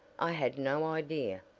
i had no idea,